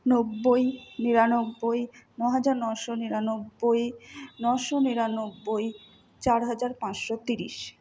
নব্বই নিরানব্বই ন হাজার নশো নিরানব্বই নশো নিরানব্বই চার হাজার পাঁচশো তিরিশ